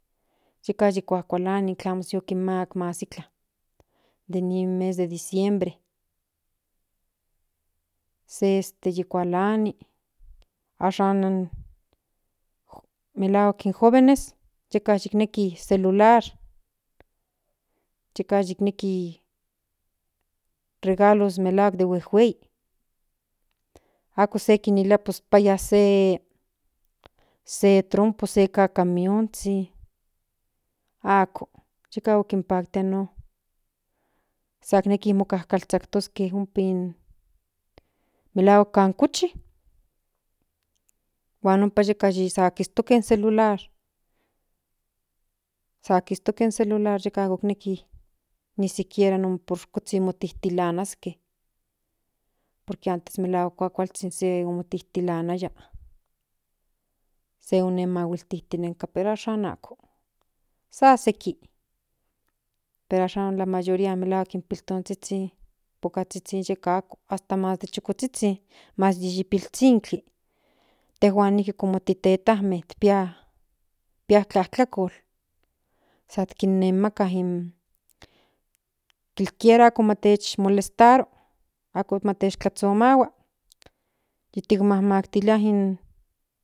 Klamo nen kualani tlamo chihuaske in magos mas iklan mes de diciembre se este yikualani ashan melahuak in jovenes yeka yikneki celular neki regalos de huejuei ako se kilia úes paya se trompo se kakamionzhin ako san nekis yikazhaltoke melahuak kan kuchi huan san kistoke in celular san kistoke ak0o neki ni siquiera non ni por kuzhi motilanasske por que antes kuakualzhin se motilinaya se san kinyinenka pero ashan amo san seki pero ashan la mayoría san neki pokazhizhin yeka ako mas in popokazhihzin huan in ´ pilzhikli intejuan nijki como tetanme ya tlatlalkol san kin nemaka in kiera ako moletaro por matis tlazhonahuan tinmamakilia in.